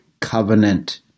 covenant